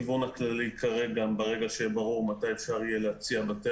הכיוון הכללי: ברגע שיהיה ברור מתי אפשר יהיה לפתוח בתי